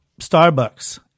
Starbucks